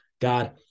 God